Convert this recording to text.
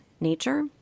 nature